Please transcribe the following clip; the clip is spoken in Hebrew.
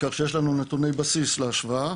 כך שיש לנו נתוני בסיס להשוואה.